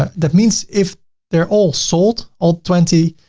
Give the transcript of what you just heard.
ah that means if they're all sold, all twenty,